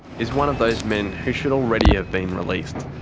is one of those men who should already have been released.